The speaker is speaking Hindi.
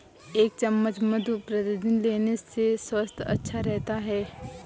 एक चम्मच मधु प्रतिदिन लेने से स्वास्थ्य अच्छा रहता है